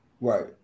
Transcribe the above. right